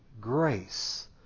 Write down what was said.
grace